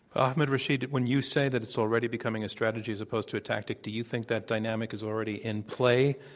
ahmed rashid, when you say that it's already becoming a strategy as opposed to a tactic, do you think that dynamic is already in play,